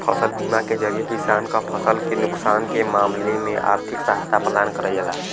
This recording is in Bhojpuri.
फसल बीमा के जरिये किसान क फसल के नुकसान के मामले में आर्थिक सहायता प्रदान करल जाला